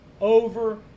Over